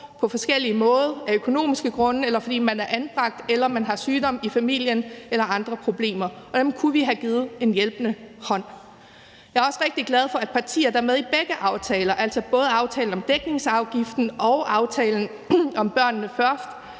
på forskellige måder – af økonomiske grunde, eller fordi man er anbragt eller man har sygdom i familien eller andre problemer. Dem kunne vi have givet en hjælpende hånd. Jeg er også rigtig glad for, at partier, der er med i begge aftaler, altså både aftalen om dækningsafgiften og aftalen »Børnene Først«,